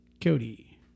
Cody